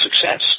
success